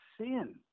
sin